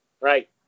Right